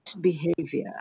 behavior